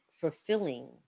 fulfilling